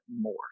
more